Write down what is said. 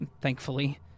thankfully